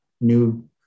new